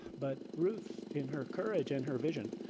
but ruth, in her courage and her vision,